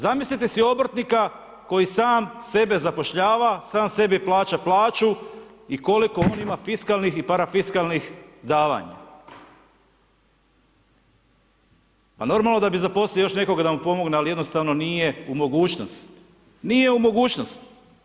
Zamislite si obrtnika koji sam sebe zapošljava, sam sebi plaća plaću i koliko on ima fiskalnih i parafiskalnih davanja, pa normalno da bi zaposlio još nekoga da mu pomogne, ali jednostavno nije u mogućnost, nije u mogućnost.